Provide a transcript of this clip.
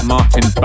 Martin